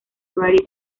pretty